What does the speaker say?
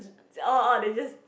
oh oh they just